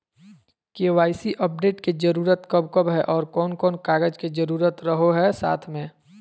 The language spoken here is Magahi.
के.वाई.सी अपडेट के जरूरत कब कब है और कौन कौन कागज के जरूरत रहो है साथ में?